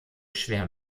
schwer